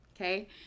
okay